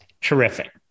terrific